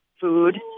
food